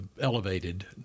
elevated